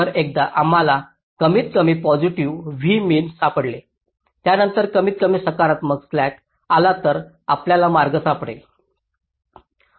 तर एकदा आम्हाला कमीतकमी पॉझिटिव्ह v min सापडले त्यानंतर कमीतकमी सकारात्मक स्लॅक आला तर आपल्याला मार्ग सापडेल